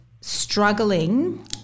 struggling